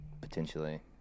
Potentially